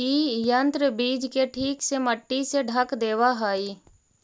इ यन्त्र बीज के ठीक से मट्टी से ढँक देवऽ हई